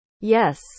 Yes